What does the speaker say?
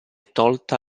tolta